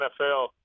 NFL